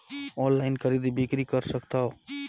Online खरीदी बिक्री कर सकथव?